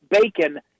bacon